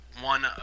one